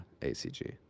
ACG